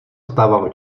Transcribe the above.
stávalo